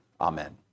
Amen